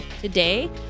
today